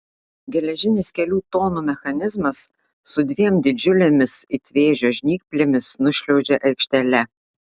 geležinis kelių tonų mechanizmas su dviem didžiulėmis it vėžio žnyplėmis nušliaužė aikštele